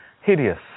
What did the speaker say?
hideous